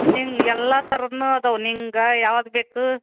ನಿಂಗೆ ಎಲ್ಲ ಥರವೂ ಇದಾವ್ ನಿಂಗೆ ಯಾವ್ದು ಬೇಕು